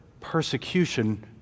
persecution